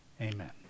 Amen